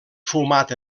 fumat